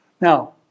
Now